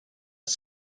els